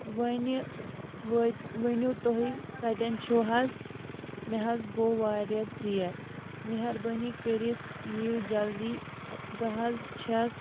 وَنہِ ؤنِو تۄہی کَتٮ۪ن چھُ حظ مےٚ حظ گوٚو واریاہ ژیر مہربٲنی کٔرِتھ یِیو جلدی بہٕ حظ چھٮ۪س